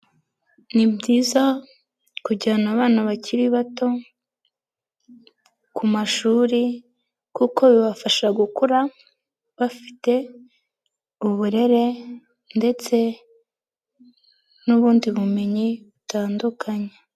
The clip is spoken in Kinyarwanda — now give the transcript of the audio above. Ni byiza kujyana abana bakiri bato ku mashuri kuko bibafasha gukura bafite uburere ndetse n'ubundi bumenyi butandukanye.